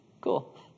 Cool